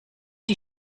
die